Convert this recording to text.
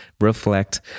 reflect